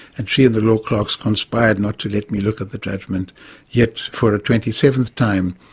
and she and the law clerks conspired not to let me look at the judgment yet for a twenty seventh time.